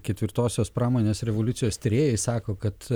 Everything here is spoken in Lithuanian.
ketvirtosios pramonės revoliucijos tyrėjai sako kad